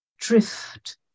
Drift